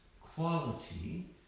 quality